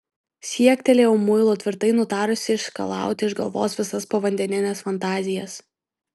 siektelėjau muilo tvirtai nutarusi išskalauti iš galvos visas povandenines fantazijas